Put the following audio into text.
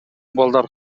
балдар